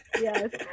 yes